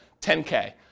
10K